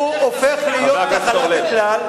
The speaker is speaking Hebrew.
זה הופך להיות נחלת הכלל.